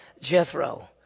Jethro